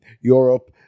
Europe